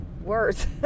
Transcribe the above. words